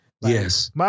Yes